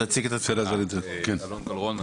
אלון גלרון,